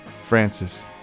Francis